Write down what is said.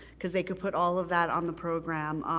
cause they could put all of that on the program.